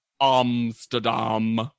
Amsterdam